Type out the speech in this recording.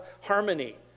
harmony